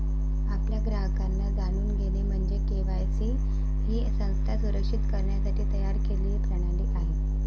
आपल्या ग्राहकांना जाणून घेणे म्हणजे के.वाय.सी ही संस्था सुरक्षित करण्यासाठी तयार केलेली प्रणाली आहे